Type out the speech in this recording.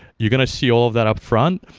you got to see all of that upfront.